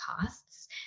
costs